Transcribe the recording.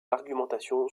argumentation